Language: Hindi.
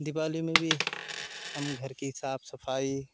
दीपावली में भी हम घर की साफ सफाई